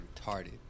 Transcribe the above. retarded